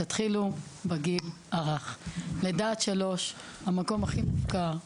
תתחילו בגיל הרך, לידה עד שלוש, המקום הכי מופקר,